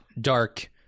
Dark